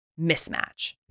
mismatch